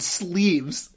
sleeves